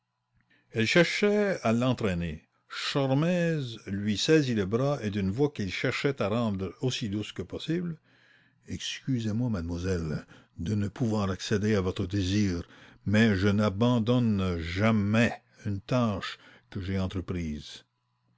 elle cherchait à l'entraîner sholmès lui saisit le bras et avec beaucoup de douceur excusez-moi mademoiselle de ne pouvoir accéder à votre désir mais je n'abandonne jamais une tâche que j'ai entreprise